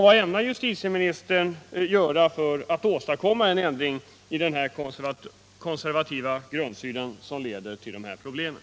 Vad ämnar justitieministern göra för att åstadkomma en ändring i den konservativa grundsyn som leder till de här problemen?